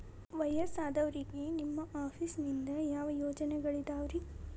ವಯಸ್ಸಾದವರಿಗೆ ನಿಮ್ಮ ಆಫೇಸ್ ನಿಂದ ಯಾವ ಯೋಜನೆಗಳಿದಾವ್ರಿ?